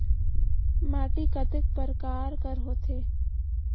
माटी कतेक परकार कर होथे?